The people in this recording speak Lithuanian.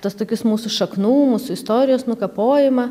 tuos tokius mūsų šaknų mūsų istorijos nukapojimą